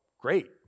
great